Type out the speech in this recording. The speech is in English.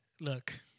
Look